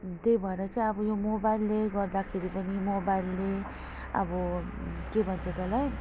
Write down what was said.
त्यही भएर चाहिँ अब यो मोबाइलले गर्दाखेरि पनि मोबाइलले अब के भन्छ त्यसलाई